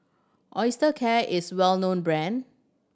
Osteocare is well known brand